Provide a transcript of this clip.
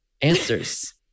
Answers